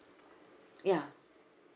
ya